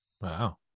wow